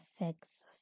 affects